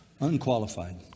Unqualified